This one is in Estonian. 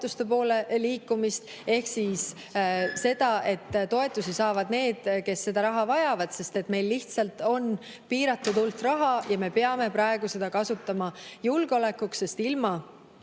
toetuste poole liikumist ehk seda, et toetusi saavad need, kes seda raha vajavad. Meil lihtsalt on piiratud hulk raha ja me peame praegu seda kasutama julgeolekuks, sest ilma